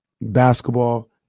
basketball